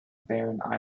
barren